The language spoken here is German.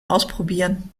ausprobieren